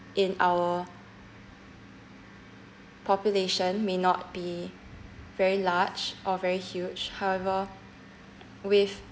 in our population may not be very large or very huge however with